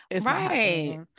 right